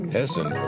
Hessen